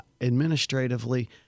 administratively